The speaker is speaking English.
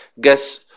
guess